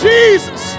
Jesus